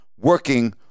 working